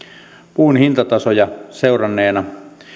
puun hintatasoja seuranneena